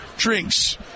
Drinks